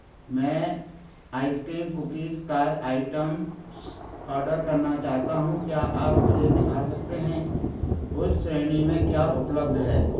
मैं ice cream cookies car items order करना चाहता हूँ क्या आप मुझे दिखा सकते हैं कि उस श्रेणी में क्या उपलब्ध है